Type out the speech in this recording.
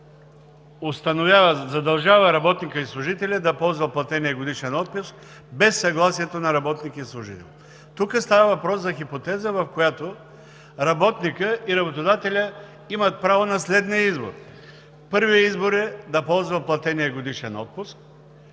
задължава работника и служителя да ползва платения годишен отпуск без съгласието на работника и служителя. Тук става въпрос за хипотеза, в която работникът и работодателят имат право на следния избор: първият избор е да ползва платения годишен отпуск,